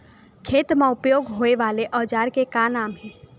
खेत मा उपयोग होए वाले औजार के का नाम हे?